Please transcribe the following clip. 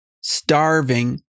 Starving